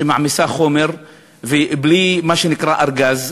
שמעמיסה חומר בלי מה שנקרא ארגז,